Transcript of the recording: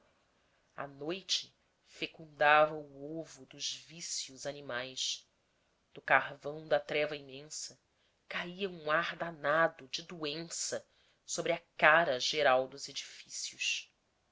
a noite fecundava o ovo dos vícios animais do carvão da treva imensa caía um ar danado de doença sobre a cara geral dos edifícios